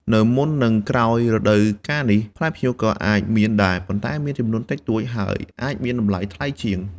នៅមុន និងក្រោយរដូវកាលនេះ ផ្លែផ្ញៀវក៏អាចមានដែរ ប៉ុន្តែមានចំនួនតិចតួច ហើយអាចមានតម្លៃថ្លៃជាង។